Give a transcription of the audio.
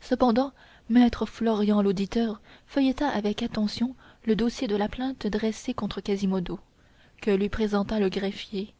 cependant maître florian l'auditeur feuilleta avec attention le dossier de la plainte dressée contre quasimodo que lui présenta le greffier